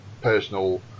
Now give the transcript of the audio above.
personal